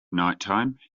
nighttime